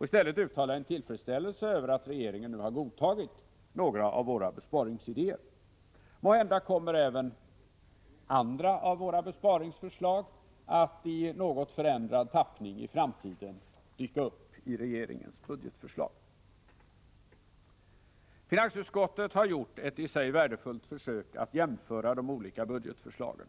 vill i stället uttala tillfredsställelse över att regeringen nu har godtagit några av våra besparingsidéer. Måhända kommer även andra av våra besparingsförslag att i något förändrad tappning i framtiden dyka upp i regeringens budgetförslag. Finansutskottet har gjort ett i sig värdefullt försök att jämföra de olika budgetförslagen.